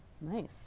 Nice